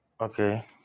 Okay